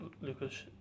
Lucas